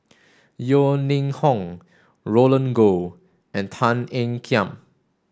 Yeo Ning Hong Roland Goh and Tan Ean Kiam